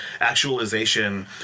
actualization